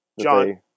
John